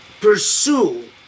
pursue